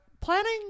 planning